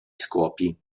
scopi